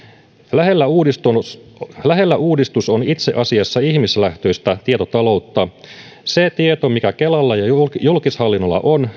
lähellä uudistus lähellä uudistus on itse asiassa ihmislähtöistä tietotaloutta se tieto mikä kelalla ja julkishallinnolla on